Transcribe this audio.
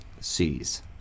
sees